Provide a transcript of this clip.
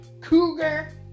Cougar